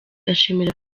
ashimira